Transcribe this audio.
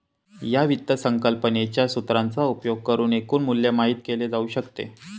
या वित्त संकल्पनेच्या सूत्राचा उपयोग करुन एकूण मूल्य माहित केले जाऊ शकते